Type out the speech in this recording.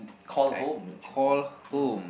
call home in Singapore mmhmm